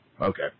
Okay